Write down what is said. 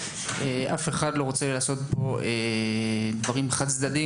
אף אחד לא רוצה לעשות פה דברים חד-צדדיים,